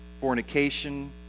fornication